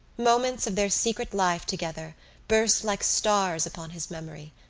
moments of their secret life together burst like stars upon his memory.